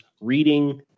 reading